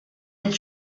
jen